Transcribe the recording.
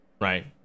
right